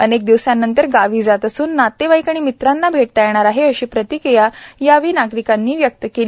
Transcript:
अनेक दिवसांनंतर गावी जात असून नातेवाईक व मित्रांना भेटता येणार आहे अशी प्रतिक्रिया यावेळी विविध नागरिकांनी व्यक्त केली